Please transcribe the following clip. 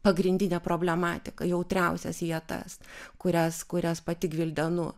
pagrindinę problematiką jautriausias vietas kurias kurias pati gvildenu